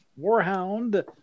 Warhound